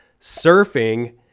surfing